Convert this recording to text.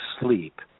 sleep